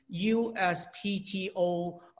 USPTO